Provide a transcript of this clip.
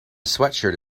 sweatshirt